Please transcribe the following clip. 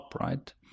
right